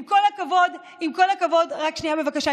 עם כל הכבוד, רק שנייה, בבקשה.